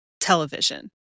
television